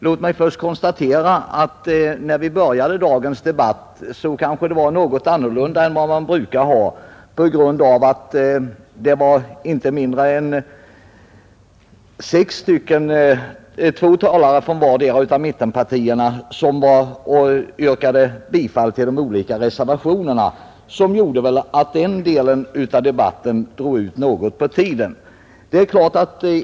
Låt mig först konstatera att när vi började dagens debatt blev det något annorlunda än vanligt på grund av att inte mindre än sex talare — därav två från vartdera av mittenpartierna — yrkade bifall till de olika reservationerna. Därför drog den delen av debatten ut något på tiden.